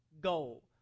goal